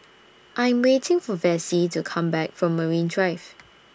I Am waiting For Vessie to Come Back from Marine Drive